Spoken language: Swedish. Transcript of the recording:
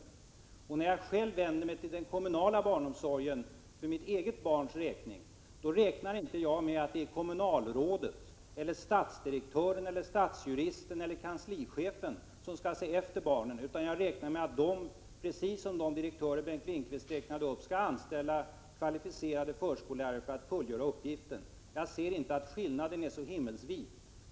Och när jag för mitt eget barns räkning vänder mig till den kommunala barnomsorgen utgår jag inte ifrån att det är kommunalrådet, stadsdirektören, stadsjuristen eller kanslichefen som skall se efter barnen. Jag räknar med att de — precis som de direktörer som Bengt Lindqvist räknade upp — skall anställa kvalificerade förskollärare för att fullgöra uppgiften. Jag anser inte att skillnaden är så himmelsvid.